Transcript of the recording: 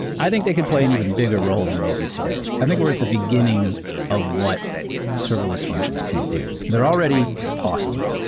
i think they could play an even bigger role than they do today. i think we're at the beginning of what serverless functions can do. they're already awesome,